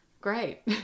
Great